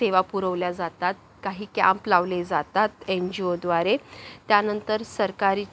सेवा पुरवल्या जातात काही कॅम्प लावले जातात एन जी ओद्वारे त्यानंतर सरकारी